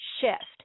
shift